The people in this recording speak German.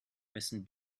wessen